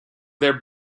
their